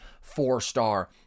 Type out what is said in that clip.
four-star